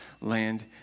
land